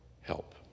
help